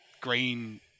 Green